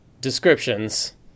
descriptions